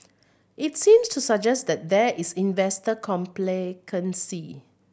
it seems to suggest that there is investor complacency